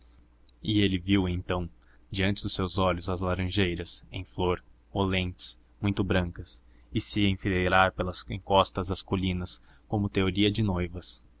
e ele viu então diante dos seus olhos as laranjeiras em flor olentes muito brancas a se enfileirar pelas encostas das colinas como teorias de noivas